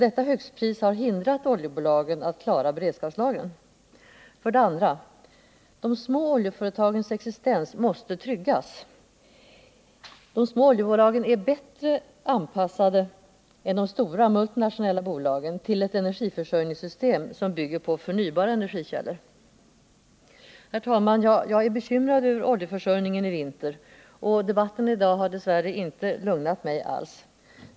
Detta högstpris har hindrat oljebolagen att klara beredskapslagren. 2. Man måste trygga de små oljeföretagens existens. De små oljeföretagen är bättre anpassade än de stora, multinationella bolagen till det energiförsörjningssystem som bygger på förnybara energikällor. Jag är, herr talman, bekymrad för oljeförsörjningen i vinter, och debatten i dag har dess värre inte alls lugnat mig.